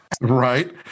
right